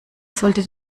sollte